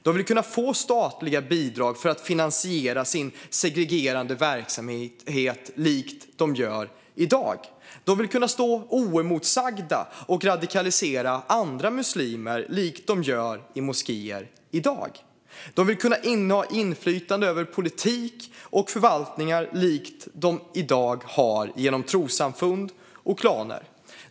De vill kunna få statliga bidrag för att finansiera sin segregerande verksamhet så som de gör i dag. De vill kunna stå oemotsagda och radikalisera andra muslimer så som de gör i moskéer i dag. De vill kunna ha inflytande över politik och förvaltningar så som de i dag har genom trossamfund och klaner.